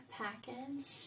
package